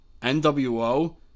NWO